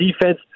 defense